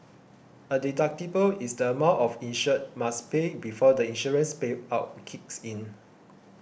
a deductible is the amount an insured must pay before the insurance payout kicks in